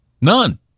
None